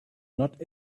not